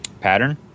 pattern